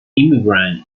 immigrant